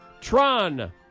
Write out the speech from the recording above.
Tron